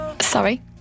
Sorry